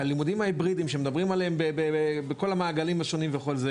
הלימודים ההיברידיים שמדברים עליהם בכל המעגלים השונים וכולי,